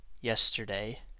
yesterday